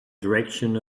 direction